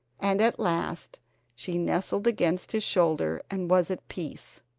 and at last she nestled against his shoulder and was at peace.